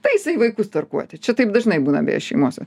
tai jisai vaikus tarkuoti čia taip dažnai būna beje šeimose